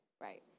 Right